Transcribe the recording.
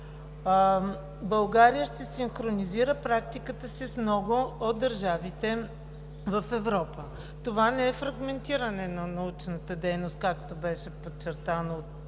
България ще синхронизира практиката си с много от държавите в Европа. Това не е фрагментиране на научната дейност, както беше подчертано от